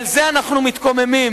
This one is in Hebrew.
על זה אנחנו מתקוממים